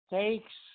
takes